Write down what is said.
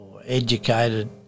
educated